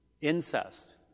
incest